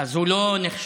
אז הוא לא נחשב.